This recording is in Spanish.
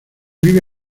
vive